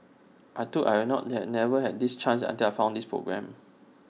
I thought I would not never have this chance until I found this programme